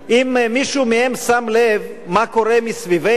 אם מישהו מהם שם לב מה קורה מסביבנו,